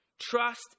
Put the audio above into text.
Trust